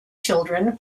children